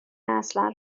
اصلا